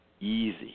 easy